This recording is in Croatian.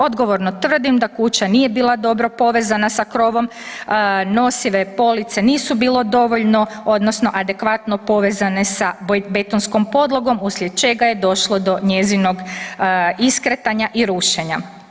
Odgovorno tvrdim da kuća nije bila dobro povezana sa krovom, nosive police nisu bile dovoljno odnosno adekvatno povezane sa betonskom podlogom uslijed čega je došlo do njezinog iskretanja i rušenja.